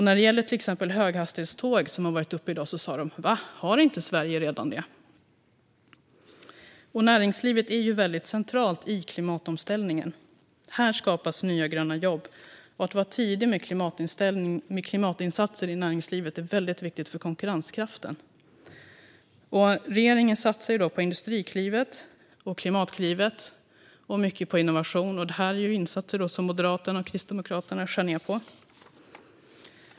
När det gäller till exempel höghastighetståg som har tagits upp i dag, sa de: Har inte Sverige redan det? Näringslivet är väldigt centralt i klimatomställningen. Här skapas nya gröna jobb. Att vara tidig med klimatinsatser i näringslivet är mycket viktigt för konkurrenskraften. Regeringen satsar på Industriklivet och på Klimatklivet. Man satsar också mycket på innovation. Detta är insatser som Moderaterna och Kristdemokraterna skär ned på.